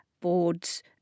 boards